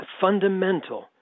fundamental